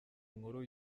inkuru